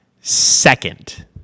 second